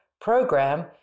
program